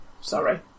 Sorry